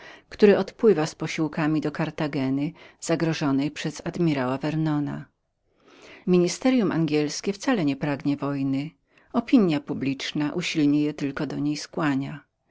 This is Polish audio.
który odpływa z posiłkami do kartaginy zagrożonej przez admirała wernona ministeryum angielskie wcale nie pragnie wojny opinia publiczna usilnie je tylko do niej skłania